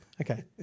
Okay